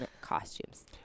costumes